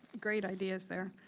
great ideas there.